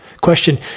Question